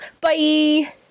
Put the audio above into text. bye